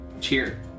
Cheer